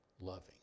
loving